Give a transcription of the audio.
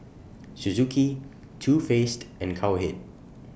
Suzuki Too Faced and Cowhead